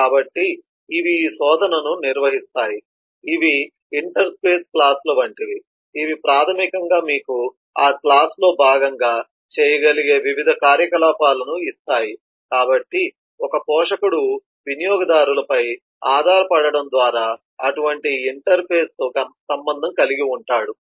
కాబట్టి ఇవి ఈ శోధనను నిర్వహిస్తాయి ఇవి ఇంటర్ఫేస్ క్లాస్ ల వంటివి ఇవి ప్రాథమికంగా మీకు ఆ క్లాస్ లో భాగంగా చేయగలిగే వివిధ కార్యకలాపాలను ఇస్తాయి కాబట్టి ఒక పోషకుడు వినియోగదారుల పై ఆధారపడటం ద్వారా అటువంటి ఇంటర్ఫేస్తో సంబంధం కలిగి ఉంటాడు